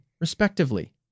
respectively